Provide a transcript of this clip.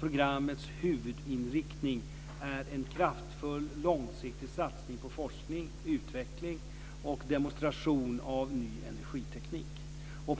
Programmets huvudinriktning är en kraftfull långsiktig satsning på forskning, utveckling och demonstration av ny energiteknik.